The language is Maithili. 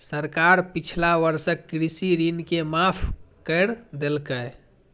सरकार पिछला वर्षक कृषि ऋण के माफ कैर देलकैए